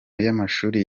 y’amashuri